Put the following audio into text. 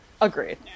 Agreed